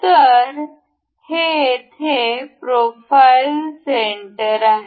तर हे येथे प्रोफाइल सेंटर आहे